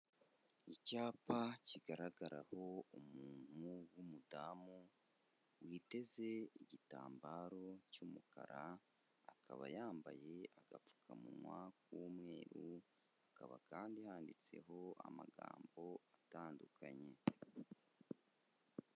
Icyapa kigaragaraho umuntu w'umudamu witeze igitambaro cy'umukara, akaba yambaye agapfukamunwa k'umweru hakaba kandi handitseho amagambo atandukanye.